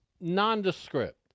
nondescript